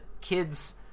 kids